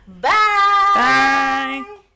Bye